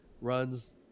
runs